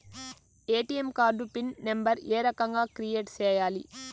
ATM card pin number ఏ రకంగా create సేయాలి